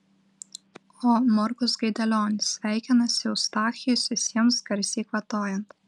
o morkus gaidelionis sveikinasi eustachijus visiems garsiai kvatojant